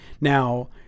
Now